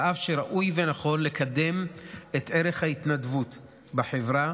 על אף שראוי ונכון לקדם את ערך ההתנדבות בחברה,